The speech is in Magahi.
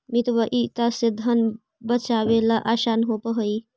मितव्ययिता से धन बचावेला असान होवऽ हई